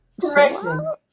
correction